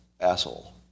asshole